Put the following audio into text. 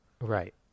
Right